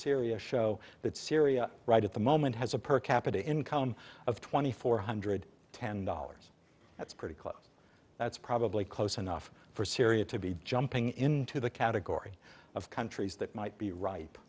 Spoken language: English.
syria show that syria right at the moment has a per capita income of twenty four hundred ten dollars that's pretty close that's probably close enough for syria to be jumping into the category of countries that might be ripe